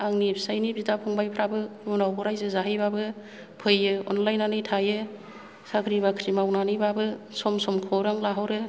आंनि फिसाइनि बिदा फंबायफ्राबो गुबुनावबो रायजो जाहैबाबो फैयो अनलायनानै थायो साख्रि बाख्रि मावनानैबाबो सम सम खौरां लाहरो